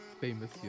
famous